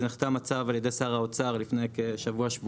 הצו נחתם על ידי שר האוצר לפני כשבוע-שבועיים